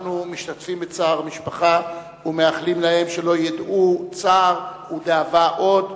אנחנו משתתפים בצער המשפחה ומאחלים להם שלא ידעו צער ודאבה עוד,